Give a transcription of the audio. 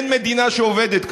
אין מדינה שעובדת כך.